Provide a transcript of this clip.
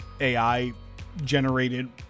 AI-generated